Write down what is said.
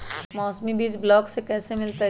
मौसमी बीज ब्लॉक से कैसे मिलताई?